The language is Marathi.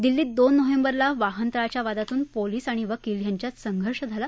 दिल्लीत दोन नोव्हेंबरला वाहनतळाच्या वादातून पोलीस आणि वकील यांच्यात संघर्ष झाला